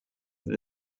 that